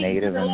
Native